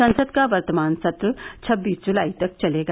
संसद का वर्तमान सत्र छब्बीस जुलाई तक चलेगा